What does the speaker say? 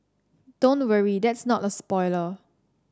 don't worry that's not a spoiler